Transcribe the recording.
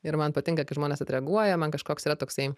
ir man patinka kai žmonės atreaguoja man kažkoks yra toksai